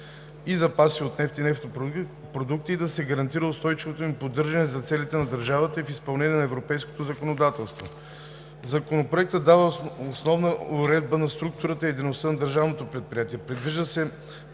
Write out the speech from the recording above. и запаси от нефт и нефтопродукти, да се гарантира устойчивото им поддържане за целите на държавата и в изпълнение на европейското законодателство. Законопроектът дава основна уредба на структурата и дейността на държавното предприятие. Предвижда се